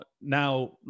Now